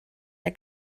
der